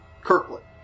Kirkland